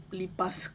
lipas